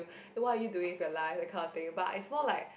eh what are you doing with your life that kind of thing but it's more like